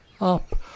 up